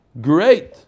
great